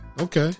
Okay